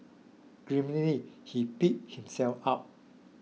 grimly he picked himself up